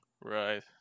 Right